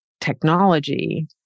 technology